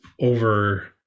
over